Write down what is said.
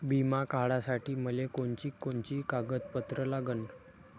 बिमा काढासाठी मले कोनची कोनची कागदपत्र लागन?